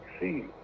see